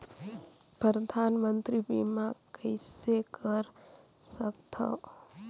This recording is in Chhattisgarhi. परधानमंतरी बीमा कइसे कर सकथव?